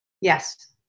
Yes